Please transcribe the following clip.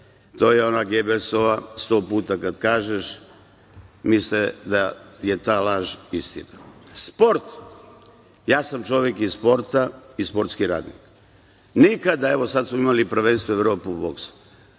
to je ona Gebelsova – sto puta kada kažeš misle da je ta laž istina. Sport. Ja sam čovek iz sporta i sportski radnik. Evo, sada smo imali prvenstvo Evrope u boksu,